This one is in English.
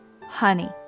honey